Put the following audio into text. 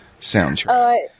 soundtrack